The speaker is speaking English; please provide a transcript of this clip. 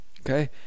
okay